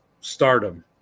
stardom